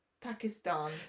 Pakistan